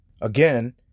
Again